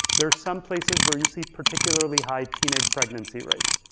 there are some places where you see particularly high teenage pregnancy rates.